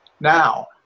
now